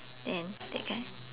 then that kind